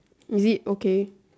is it okay